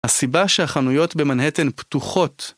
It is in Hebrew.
הסיבה שהחנויות במנהטן פתוחות.